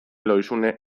lohizune